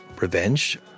revenge